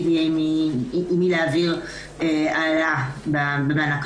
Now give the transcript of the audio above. ולכן כל תהליך גיוס המתכללים קפא על שמרים באותה